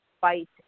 fight